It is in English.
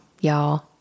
y'all